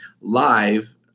live